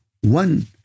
one